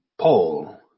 Paul